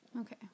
Okay